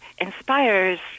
inspires